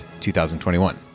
2021